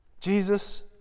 Jesus